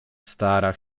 stara